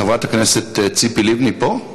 חברת הכנסת ציפי לבני פה?